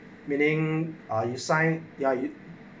meaning ah you sign ya it